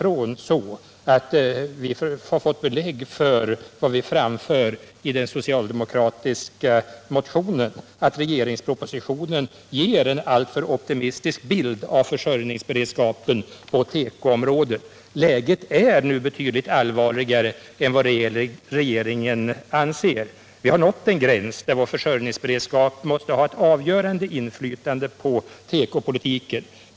Vi har fått belägg för det vi framför Tisdagen den i den socialdemokratiska motionen, att regeringspropositionen ger en allt 13 december 1977 för optimistisk bild av försörjningsberedskapen på tekoområdet. Läget är nu betydligt allvarligare än vad regeringen inser: vi har nått den gräns Försörjningsbereddär vår försörjningsberedskap måste ha ett avgörande inflytande på teskapen på tekoomkopolitiken.